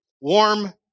warm